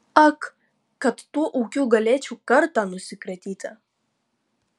ak kad tuo ūkiu galėčiau kartą nusikratyti